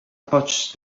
pouch